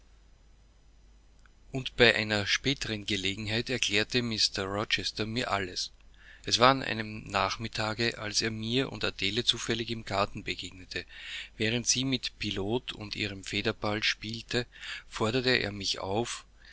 und bei einer späteren gelegenheit erklärte mr rochester mir alles es war an einem nachmittage als er mir und adele zufällig im garten begegnete während sie mit pilot und ihrem federball spielte forderte er mich auf